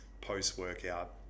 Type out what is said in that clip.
post-workout